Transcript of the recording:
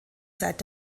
seit